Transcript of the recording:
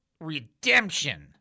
redemption